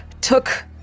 took